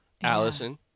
Allison